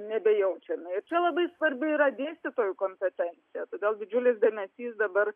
nebejaučiame ir čia labai svarbi yra dėstytojų kompetencija todėl didžiulis dėmesys dabar